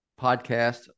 podcast